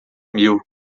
mil